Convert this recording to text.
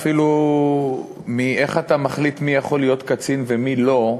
אפילו איך אתה מחליט מי יכול להיות קצין ומי לא,